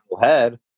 head